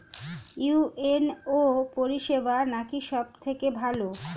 UNO পরিসেবা নাকি সব থেকে ভালো?